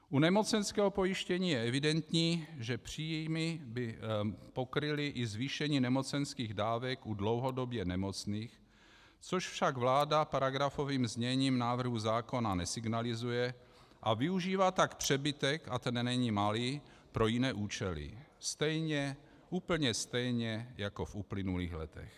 U nemocenského pojištění je evidentní, že příjmy by pokryly i zvýšení nemocenských dávek u dlouhodobě nemocných, což však vláda paragrafovým zněním návrhu zákona nesignalizuje, a využívá tak přebytek a ten není malý pro jiné účely stejně, úplně stejně jako v uplynulých letech.